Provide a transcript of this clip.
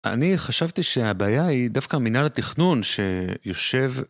אני חשבתי שהבעיה היא דווקא מינהל התיכנון שיושב...